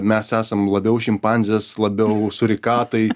mes esam labiau šimpanzės labiau surikatai